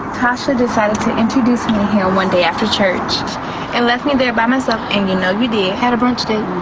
tasha decided to introduce me to him one day after church and left me there by myself, and you know you did. had a brunch date.